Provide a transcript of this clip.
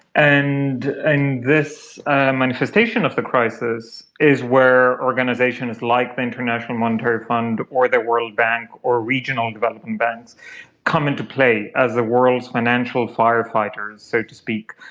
and and this and manifestation of the crisis is where organisations like the international monetary fund or the world bank or regional development banks come into play as the world's financial firefighters, so to speak,